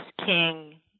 King